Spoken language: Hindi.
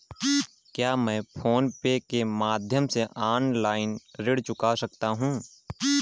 क्या मैं फोन पे के माध्यम से ऑनलाइन ऋण चुका सकता हूँ?